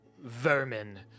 vermin